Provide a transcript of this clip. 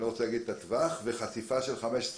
אני לא רוצה להגיד את הטווח וחשיפה של 15 דקות.